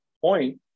point